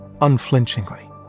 unflinchingly